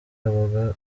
abaha